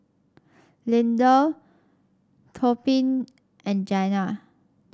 Lindell Tobin and Janna